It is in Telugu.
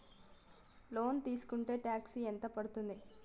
లోన్ తీస్కుంటే టాక్స్ ఎంత పడ్తుంది?